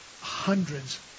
hundreds